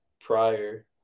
prior